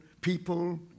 people